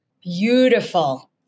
Beautiful